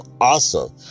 awesome